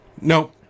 no